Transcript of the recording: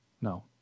no